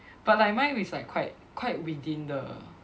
but like mine is quite quite within the